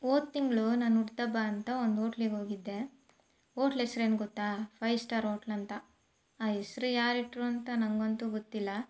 ಹೋದ್ ತಿಂಗಳು ನನ್ನ ಹುಟ್ದ ಹಬ್ಬ ಅಂತ ಒಂದು ಹೋಟ್ಲಿಗೆ ಹೋಗಿದ್ದೆ ಓಟ್ಲ್ ಹೆಸ್ರ್ ಏನು ಗೊತ್ತಾ ಫೈವ್ ಸ್ಟಾರ್ ಓಟ್ಲ್ ಅಂತ ಆ ಹೆಸ್ರು ಯಾರು ಇಟ್ಟರು ಅಂತ ನನಗಂತೂ ಗೊತ್ತಿಲ್ಲ